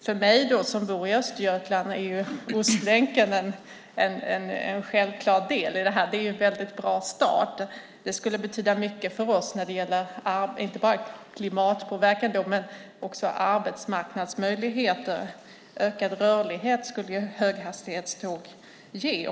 För mig som bor i Östergötland är Ostlänken en självklar del i detta. Det är en väldigt bra start. Den skulle betyda mycket för oss inte bara när det gäller klimatpåverkan utan också när det gäller arbetsmarknadsmöjligheter. Höghastighetståg skulle ge ökad rörlighet.